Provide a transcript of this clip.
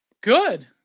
Good